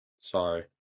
Sorry